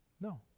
No